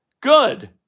Good